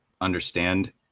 understand